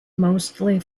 mostly